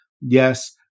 Yes